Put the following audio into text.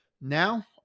Now